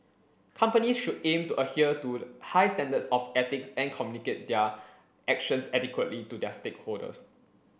companies should aim to adhere to high standards of ethics and communicate their actions adequately to their stakeholders